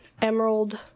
emerald